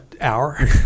hour